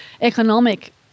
economic